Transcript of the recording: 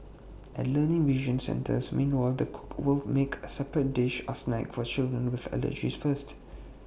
at learning vision centres meanwhile the cook will make A separate dish or snack for children with allergies first